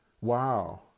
Wow